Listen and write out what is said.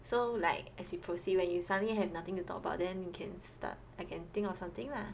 so like as you proceed when you suddenly have nothing to talk about then you can start I can think of something lah